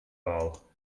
bol